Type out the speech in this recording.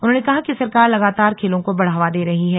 उन्होंने कहा कि सरकार लगातार खेलों को बढ़ावा दे रही है